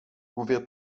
hoeveel